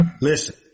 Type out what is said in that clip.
Listen